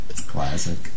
classic